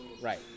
Right